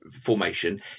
formation